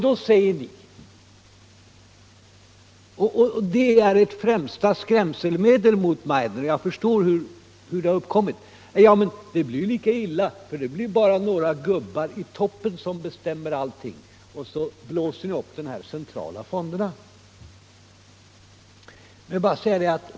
Då säger ni: ”Men det blir lika illa med det här förslaget; det blir bara några gubbar i toppen som bestämmer allt.” Och så blåser ni upp skrämselpropagandan mot de här centrala fonderna.